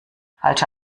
falsche